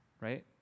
right